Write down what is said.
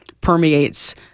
permeates